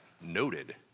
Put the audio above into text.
noted